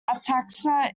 ataxia